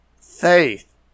Faith